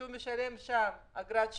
שהוא משלם שם אגרת שמירה,